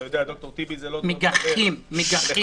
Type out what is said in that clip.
מגחכים, מגחכים.